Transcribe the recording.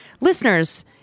Listeners